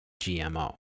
GMO